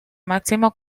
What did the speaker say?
máximo